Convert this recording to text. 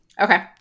okay